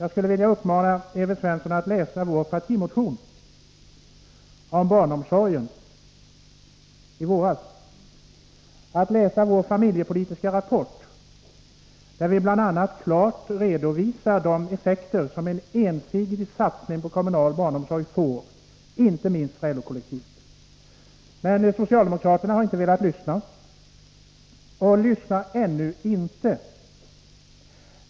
Jag skulle vilja uppmana Evert Svensson att läsa den partimotion om barnomsorgen som vi väckte i våras och att läsa vår familjepolitiska rapport, där vi bl.a. klart redovisar de effekter som en ensidig satsning på kommunal barnomsorg får, inte minst för LO-kollektivet. Men socialdemokraterna har inte velat lyssna och lyssnar ännu inte.